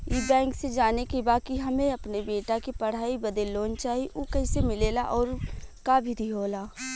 ई बैंक से जाने के बा की हमे अपने बेटा के पढ़ाई बदे लोन चाही ऊ कैसे मिलेला और का विधि होला?